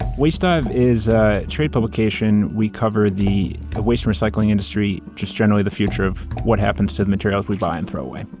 wastedive is a trade publication. we cover the ah waste and recycling industry, just generally the future of what happens to the materials we buy and throw away.